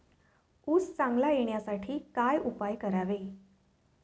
ऊस चांगला येण्यासाठी काय उपाय करावे?